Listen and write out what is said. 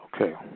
okay